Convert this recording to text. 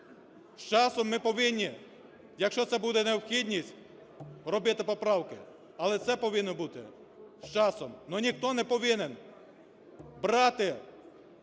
З часом ми повинні, якщо це буде необхідність, робити поправки, але це повинно бути з часом, але ніхто не повинен брати